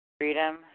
freedom